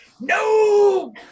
no